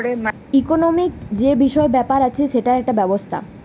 economic যে বিষয় ব্যাপার আছে সেটার একটা ব্যবস্থা